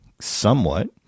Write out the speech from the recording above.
somewhat